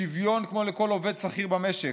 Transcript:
שוויון כמו לכל עובד שכיר במשק.